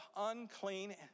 unclean